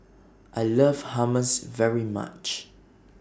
I like Hummus very much